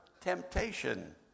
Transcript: temptation